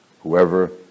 Whoever